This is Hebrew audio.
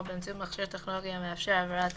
באמצעות מכשיר טכנולוגי המאפשר העברת